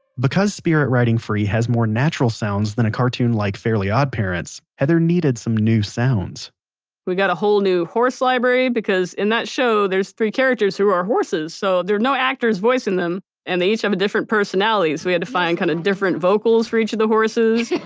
because spirit riding free has more natural sounds than a cartoon like fairly odd parents, heather needed some new sounds we got a whole new horse library, because in that show there's three characters who are horses. so, there are no actors voicing them and they each have a different personality. so, we had to find kind of different vocals for each of the horses.